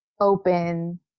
open